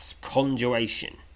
conjuration